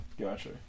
Gotcha